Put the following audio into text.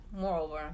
moreover